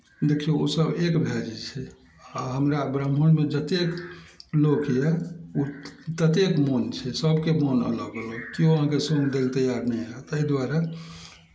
देखियौ ओसभ एक भऽ जाइ छै आ हमरा ब्राह्मणमे जतेक लोक अछि ओ ततेक मोन छै सभके मोन अलग अलग केओ अहाँके सॅंग दै लऽ तैयार नहि होएत ताहि दुआरे